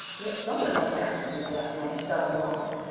yet something must have happened since last night to start him off.